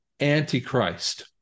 Antichrist